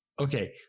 Okay